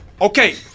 Okay